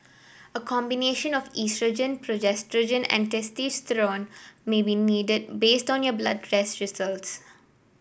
a combination of oestrogen progesterone and testosterone may be needed based on your blood test results